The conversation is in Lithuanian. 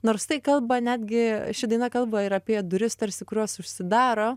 nors tai kalba netgi ši daina kalba ir apie duris tarsi kurios užsidaro